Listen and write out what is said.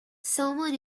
salmon